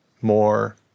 more